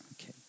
Okay